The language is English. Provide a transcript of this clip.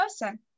person